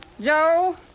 Joe